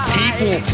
people